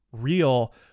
real